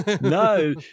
no